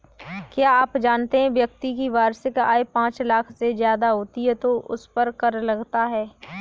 क्या आप जानते है व्यक्ति की वार्षिक आय पांच लाख से ज़्यादा होती है तो उसपर कर लगता है?